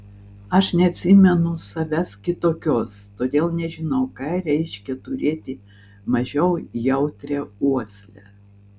aš neatsimenu savęs kitokios todėl nežinau ką reiškia turėti mažiau jautrią uoslę